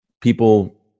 people